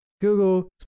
Google